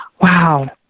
Wow